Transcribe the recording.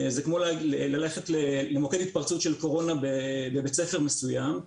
זה כמו ללכת למוקד התפרצות של קורונה בבית ספר מסוים,